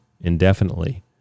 indefinitely